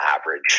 average